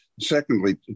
Secondly